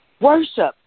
Worship